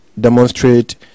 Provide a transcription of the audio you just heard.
demonstrate